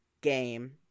game